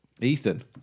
Ethan